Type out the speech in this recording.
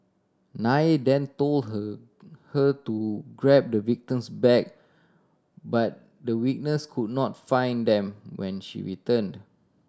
Nair then told her her to grab the victim's bag but the witness could not find them when she returned